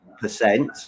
percent